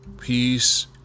peace